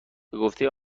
بگفته